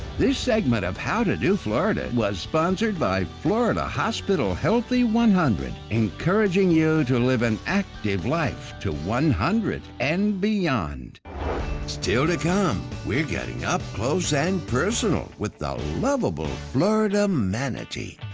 this segment of how to do florida was sponsored by florida hospital healthy one hundred encouraging you to live an active life to one hundred and beyond still to come we're getting up close and personal with the lovable, florida manatee